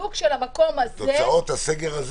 ובדיוק של המקום הזה --- תוצאות הסגר הזה